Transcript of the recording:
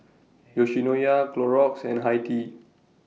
Yoshinoya Clorox and Hi Tea